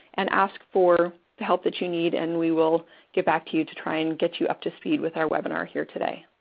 and ask for the help that you need and we will get back to you to try and get you up to speed with our webinar here today.